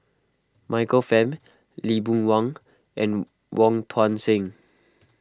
Michael Fam Lee Boon Wang and Wong Tuang Seng